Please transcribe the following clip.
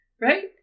right